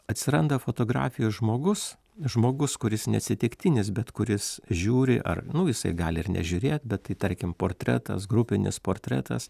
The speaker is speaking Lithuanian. atsiranda fotografijoj žmogus žmogus kuris neatsitiktinis bet kuris žiūri ar nu jisai gali ir nežiūrėt bet tai tarkim portretas grupinis portretas